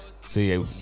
See